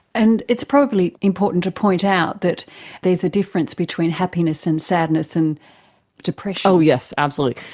and it's probably important to point out that there is a difference between happiness and sadness and depression. oh yes, absolutely.